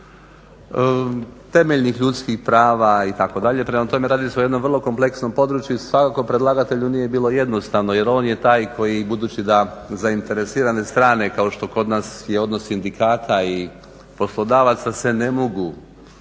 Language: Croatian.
temeljnih ljudskih prava itd., prema tome radi se o jednom vrlo kompleksnom području i svakako predlagatelju nije bilo jednostavno jer on je taj koji budući da zainteresirane strane kao što kod nas je odnos sindikata i poslodavaca se ne mogu